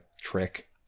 trick